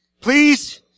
Please